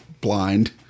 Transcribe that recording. blind